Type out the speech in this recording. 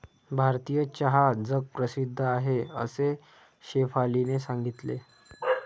भारतीय चहा जगप्रसिद्ध आहे असे शेफालीने सांगितले